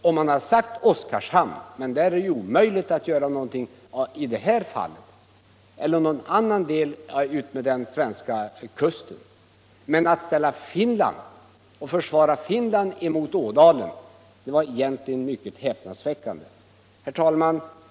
Om han hade sagt Oskarshamn — där är det emellertid omöjligt att göra någonting — eller någon annan del utmed svenska kusten — men att ställa Finland mot Ådalen, det är ganska häpnadsväckande! Herr talman!